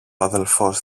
αδελφός